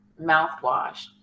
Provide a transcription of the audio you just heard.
mouthwash